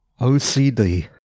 OCD